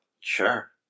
Sure